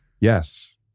yes